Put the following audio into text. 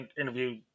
interview